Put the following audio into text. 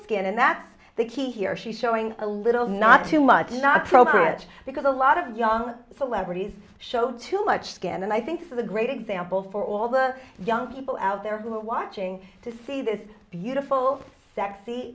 skin and that's the key here she's showing a little not too much not appropriate because a lot of young celebrities show too much skin and i think for the great example for all the young people out there who are watching to see this beautiful sexy